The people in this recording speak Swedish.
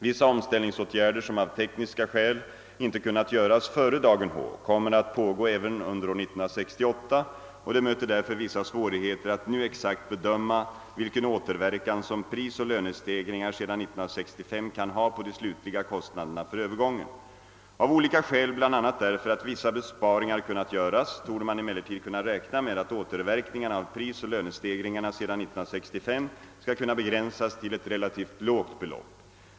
Vissa omställningsåtgärder som av tekniska skäl inte kunnat göras före dagen H kommer att pågå även under år 1968, och det möter därför vissa svårigheter att nu exakt bedöma vilken återverkan som prisoch lönestegringar sedan 1965 kan ha på de slutliga kostnaderna för övergången. Av olika skäl, bl.a. därför att vissa besparingar kunnat göras, torde man emellertid kunna räkna med att återverkningarna av prisoch lönestegringarna sedan 1965 skall kunna begränsas till ett relativt lågt belopp.